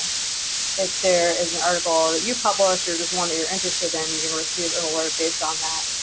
if there is an article that you publish you're just one that you're interested in you can receive an alert based on that